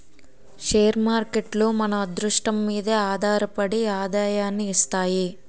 share మార్కేట్లు మన అదృష్టం మీదే ఆధారపడి ఆదాయాన్ని ఇస్తాయి